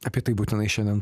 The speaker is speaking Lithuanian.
apie tai būtinai šiandien